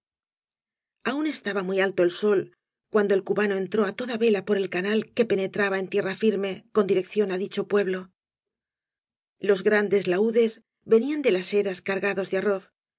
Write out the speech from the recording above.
aún estaba muy alto el bol cuando el cubano entró á toda vela por el canal que penetraba en tierra firme con dirección á dicho pueblo loa grandes laúdes venían de las eras cargados de arroz